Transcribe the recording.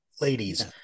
ladies